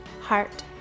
heart